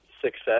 success